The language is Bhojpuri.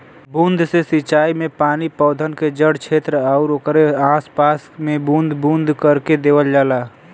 बूंद से सिंचाई में पानी पौधन के जड़ छेत्र आउर ओकरे आस पास में बूंद बूंद करके देवल जाला